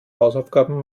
hausaufgaben